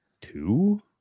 Two